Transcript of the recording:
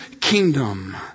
kingdom